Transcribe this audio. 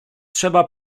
trzeba